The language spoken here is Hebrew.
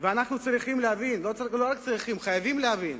אנחנו צריכים להבין, לא רק צריכים, חייבים להבין,